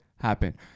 happen